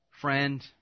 Friend